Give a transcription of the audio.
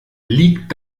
liegt